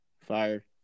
Fire